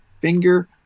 finger